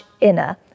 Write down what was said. inner